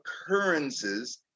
occurrences